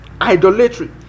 idolatry